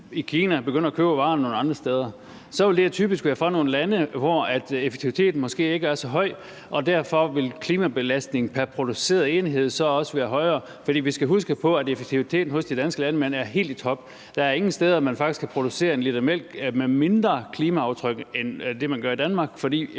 i Kina begynder at købe varerne nogle andre steder, så vil det jo typisk være fra nogle lande, hvor effektiviteten ikke er så høj, og derfor vil klimabelastningen pr. produceret enhed så også være højere. For vi skal huske på, at effektiviteten hos de danske landmænd er helt i top. Der er ingen steder, man faktisk kan producere 1 l mælk med mindre klimaaftryk end i Danmark, fordi